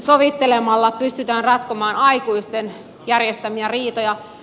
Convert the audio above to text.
sovittelemalla pystytään ratkomaan aikuisten järjestämiä riitoja